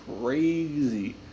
crazy